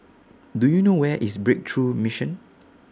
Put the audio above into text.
Do YOU know Where IS Breakthrough Mission